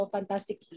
Fantastic